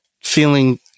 feeling